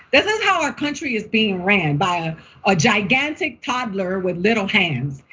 this is how our country is being ran, by a gigantic toddler with little hands.